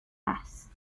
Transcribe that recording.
class